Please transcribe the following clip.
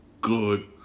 good